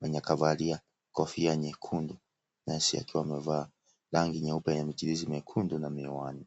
mwenye kavalia kofia nyekundu, nesi akiwa amevaa rangi nyeupe na michirizi nyekundu na miwani.